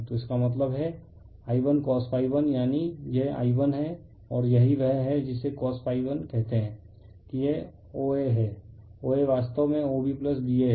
तो इसका मतलब है I1cos1 यानी यह I1 है और यही वह है जिसे cos∅1 कहते हैं कि यह OA है OA वास्तव में OB BA है